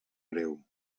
greu